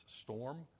storm